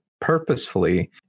purposefully